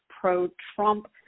pro-Trump